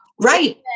Right